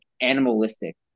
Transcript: animalistic